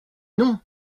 non